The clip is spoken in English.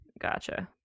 Gotcha